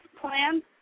plan